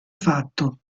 fatto